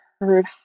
heard